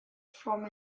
from